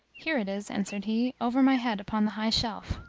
here it is, answered he, over my head upon the high shelf.